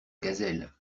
gazelle